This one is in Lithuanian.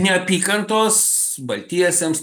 neapykantos baltiesiems